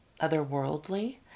otherworldly